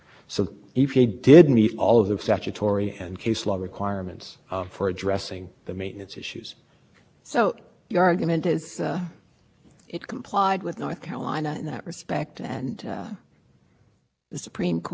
considerable discretion in this area and that your argument is it's a reasonable interpretation of what is required do you have any response to the argument about what i'll call